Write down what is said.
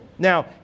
Now